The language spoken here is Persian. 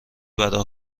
برا